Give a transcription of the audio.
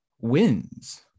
wins